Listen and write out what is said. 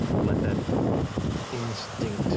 let that instinct